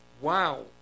wow